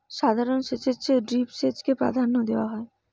সাধারণ সেচের চেয়ে ড্রিপ সেচকে প্রাধান্য দেওয়া হয়